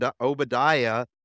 obadiah